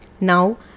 Now